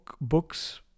books